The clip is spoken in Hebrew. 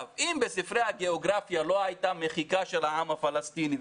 אם בספרי הגיאוגרפיה לא הייתה מחיקה של העם הפלסטיני,